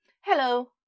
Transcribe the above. Hello